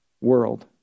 world